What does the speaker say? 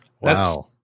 Wow